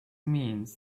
means